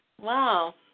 wow